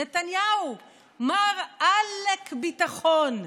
נתניהו, מר עאלק ביטחון,